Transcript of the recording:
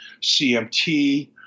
CMT